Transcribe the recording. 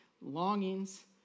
longings